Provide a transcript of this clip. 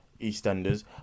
EastEnders